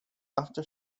after